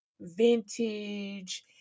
vintage